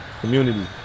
Community